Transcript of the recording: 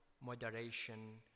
moderation